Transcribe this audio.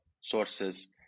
sources